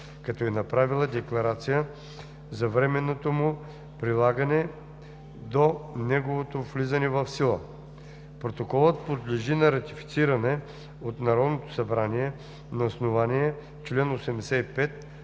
като е направила декларация за временното му прилагане до неговото влизане в сила. Протоколът подлежи на ратифициране от Народното събрание на основание чл. 85,